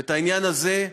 ואת העניין הזה,